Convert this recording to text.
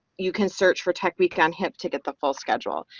you can search for tech week on hip to get the full schedule.